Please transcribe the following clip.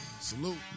Salute